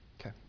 Okay